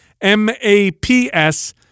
M-A-P-S